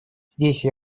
здесь